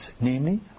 namely